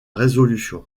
résolution